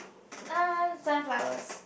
um sunflowers